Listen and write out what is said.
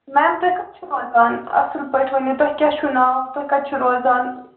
میم تُہۍ کَتہِ چھُو روزان اَصٕل پٲٹھۍ ؤنِو تُہۍ کیٛاہ چھُو ناو تُہۍ کَتہِ چھُو روزان